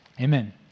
Amen